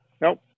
Nope